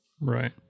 Right